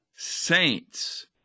saints